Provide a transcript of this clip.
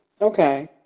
Okay